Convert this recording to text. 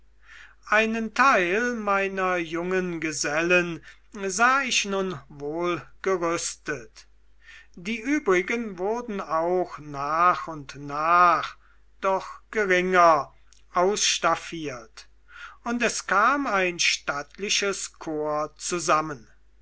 einen teil meiner jungen gesellen sah ich nun wohlgerüstet die übrigen wurden auch nach und nach doch geringer ausstaffiert und es kam ein stattliches korps zusammen